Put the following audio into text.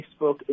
Facebook